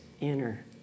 inner